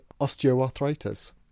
osteoarthritis